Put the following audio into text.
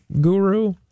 guru